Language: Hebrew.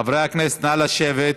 חברי הכנסת, נא לשבת.